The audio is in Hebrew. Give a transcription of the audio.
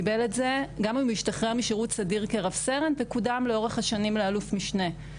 גם אם הוא השתחרר משירות סדיר כרב סרן וקודם לאורך השנים לאלוף משנה.